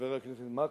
חבר הכנסת מקלב: